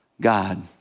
God